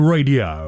Radio